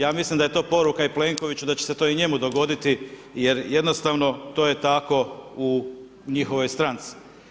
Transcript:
Ja mislim da je to poruka i Plenkoviću da će se to i njemu dogoditi, jer jednostavno to je tako u njihovoj stranci.